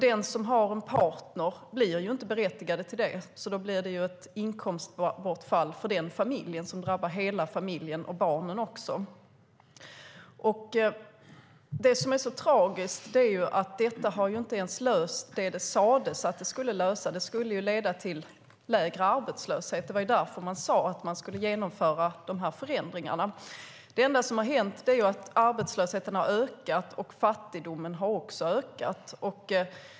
Den som har en partner blir inte berättigad till det, och då blir det ett inkomstbortfall för den familjen som drabbar hela familjen, också barnen. Det tragiska är att detta inte ens har löst det problem som det sades att det skulle lösa. Det skulle leda till lägre arbetslöshet. Det var därför man skulle genomföra dessa förändringar. Det enda som har hänt är att arbetslösheten har ökat och att fattigdomen också har ökat.